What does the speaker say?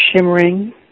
shimmering